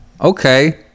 okay